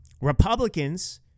Republicans